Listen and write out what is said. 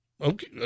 Okay